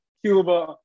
Cuba